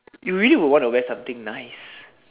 you really would want to wear something nice